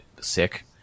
sick